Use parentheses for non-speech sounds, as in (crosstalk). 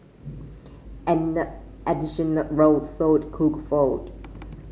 an (unintelligible) additional row sold cooked food